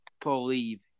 believe